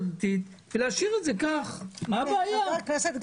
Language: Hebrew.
היא מיוצגת כמעט על ידי כל הסיעות.